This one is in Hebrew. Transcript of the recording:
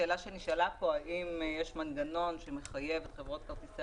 כאן האם יש מנגנון שמחייב את חברות כרטיסי